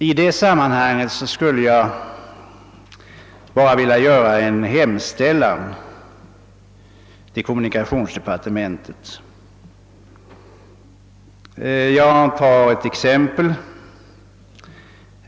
I det sammanhanget skulle jag bara vilja göra en hemställan till kommunikationsdepartementet. Jag tar ett exempel.